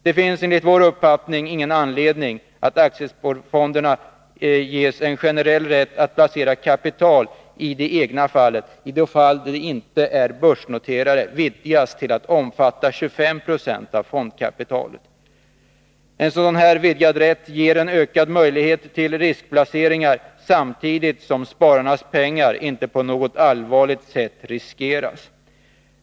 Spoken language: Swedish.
Det finns enligt vår uppfattning anledning att vidga aktiesparfondernas generella rätt att placera kapital i det egna bolaget, i de fall då detta inte är börsnoterat, till att omfatta 25 96 av fondkapitalet. En sådan här vidgad rätt ger en ökad möjlighet till riskplaceringar samtidigt som spararnas pengar inte på något allvarligt sätt riskeras.